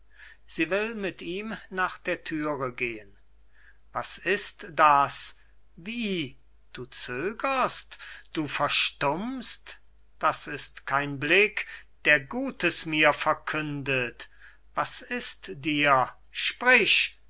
sie will mit ihm nach der thüre gehen was ist das wie du zögerst du verstummst das ist kein blick der gutes mir verkündet was ist dir sprich